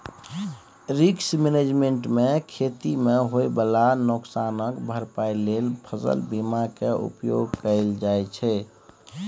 risk management मे खेती मे होइ बला नोकसानक भरपाइ लेल फसल बीमा केर उपयोग कएल जाइ छै